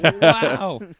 Wow